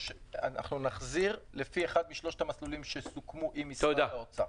אנחנו נחזיר לפי אחד משלושת המסלולים שסוכמו עם משרד האוצר.